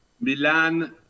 Milan